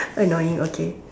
annoying okay